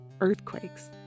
earthquakes